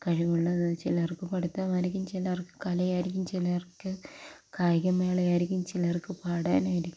കഴിവുള്ളത് ചിലർക്ക് പഠിത്തമായിരിക്കും ചിലർക്ക് കലയായിരിക്കും ചിലർക്ക് കായിക മേളയായിരിക്കും ചിലർക്ക് പാടാനായിരിക്കും